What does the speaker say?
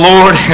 Lord